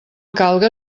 calga